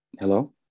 Hello